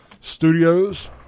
studios